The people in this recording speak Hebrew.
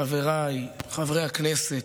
חבריי חברי הכנסת,